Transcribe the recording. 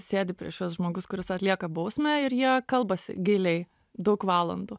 sėdi prieš juos žmogus kuris atlieka bausmę ir jie kalbasi giliai daug valandų